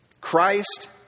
Christ